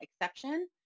exception